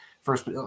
first